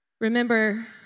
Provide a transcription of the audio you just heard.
Remember